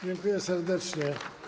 Dziękuję serdecznie.